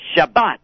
Shabbat